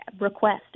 Request